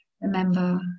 remember